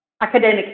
academic